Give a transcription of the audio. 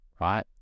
Right